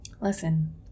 Listen